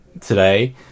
Today